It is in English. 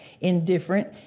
indifferent